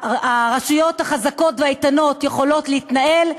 הרשויות החזקות והאיתנות יכולות להתנהל.